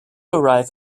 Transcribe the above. arrive